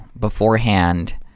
beforehand